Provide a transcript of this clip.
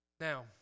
Now